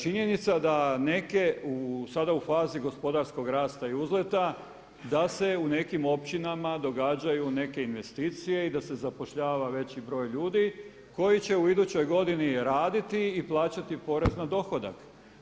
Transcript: Činjenica da neke u sada u fazi gospodarskog rasta i uzleta da se u nekim općinama događaju neke investicije i da se zapošljava veći broj ljudi koji će u idućoj godini raditi i plaćati porez na dohodak.